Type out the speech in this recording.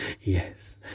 Yes